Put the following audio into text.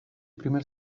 primer